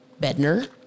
Bedner